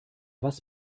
was